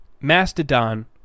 Mastodon